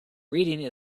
reading